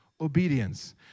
obedience